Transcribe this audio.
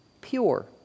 pure